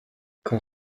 quand